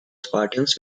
spartans